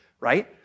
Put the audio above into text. right